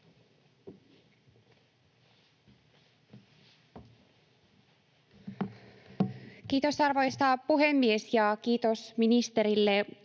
Kiitos, arvoisa puhemies! Ja kiitos ministerille